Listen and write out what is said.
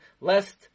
lest